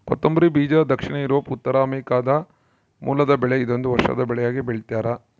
ಕೊತ್ತಂಬರಿ ಬೀಜ ದಕ್ಷಿಣ ಯೂರೋಪ್ ಉತ್ತರಾಮೆರಿಕಾದ ಮೂಲದ ಬೆಳೆ ಇದೊಂದು ವರ್ಷದ ಬೆಳೆಯಾಗಿ ಬೆಳ್ತ್ಯಾರ